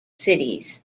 cities